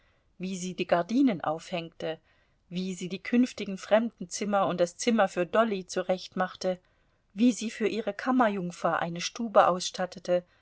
wie sie die gardinen aufhängte wie sie die künftigen fremdenzimmer und das zimmer für dolly zurechtmachte wie sie für ihre kammerjungfer eine stube ausstattete